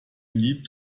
need